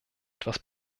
etwas